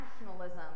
nationalism